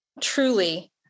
truly